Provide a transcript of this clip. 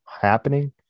happening